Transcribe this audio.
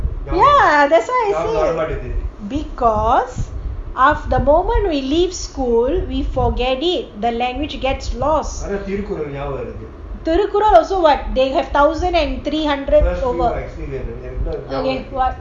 ya that's why I say because of the moment we leave school we forget it the language gets lost ஆனாதிருக்குறள்நியாபகம்வருது:ana thirukural niyabagam varuthu also what they have thousand and three hundred over